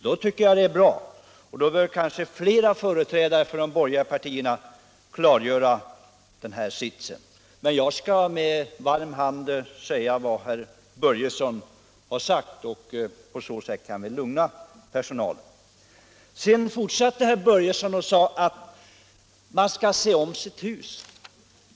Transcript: Därför tycker jag det är bra att få ett klarläggande svar, och då bör också flera företrädare för de borgerliga partierna uttala sig offentligt var de står. Jag skall gärna framföra vad herr Börjesson har sagt för att på så sätt stilla personalens oro. Herr Börjesson fortsatte anförandet med att säga att man skall se om sitt hus.